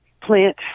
Plant